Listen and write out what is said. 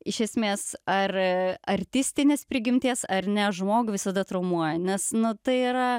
iš esmės ar artistinės prigimties ar ne žmogų visada traumuoja nes nu tai yra